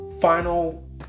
final